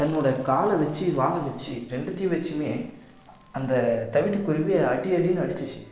தன்னோட காலை வச்சு வாலை வச்சு ரெண்டுத்தையும் வச்சுமே அந்த தவிட்டுக்குருவி அடி அடின்னு அடிச்சிச்சு